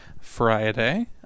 Friday